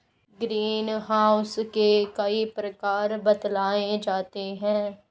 green house के कई प्रकार बतलाए जाते हैं